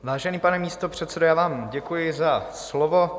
Vážený pane místopředsedo, já vám děkuji za slovo.